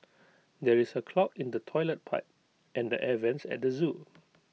there is A clog in the Toilet Pipe and the air Vents at the Zoo